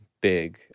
big